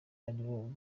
aribo